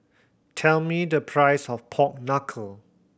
tell me the price of pork knuckle